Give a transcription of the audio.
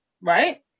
right